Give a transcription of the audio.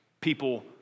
people